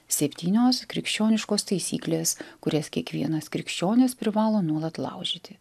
septynios krikščioniškos taisyklės kurias kiekvienas krikščionis privalo nuolat laužyti